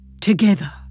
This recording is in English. together